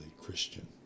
Christian